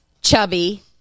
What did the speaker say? chubby